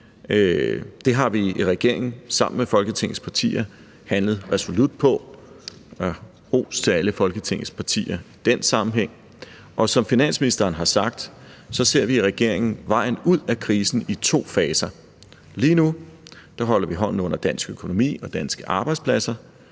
Det har vi i regeringen sammen med Folketingets partier handlet resolut på – og ros til alle Folketingets partier i den sammenhæng. Og som finansministeren har sagt, ser vi i regeringen vejen ud af krisen i to faser. Lige nu holder vi hånden under dansk økonomi og danske arbejdspladser,